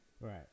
Right